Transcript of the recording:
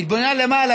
והיא התבוננה למעלה,